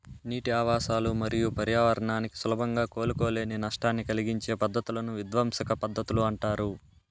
నీటి ఆవాసాలు మరియు పర్యావరణానికి సులభంగా కోలుకోలేని నష్టాన్ని కలిగించే పద్ధతులను విధ్వంసక పద్ధతులు అంటారు